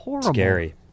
scary